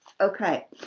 Okay